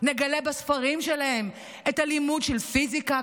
נגלה בספרים שלהם את הלימוד של פיזיקה,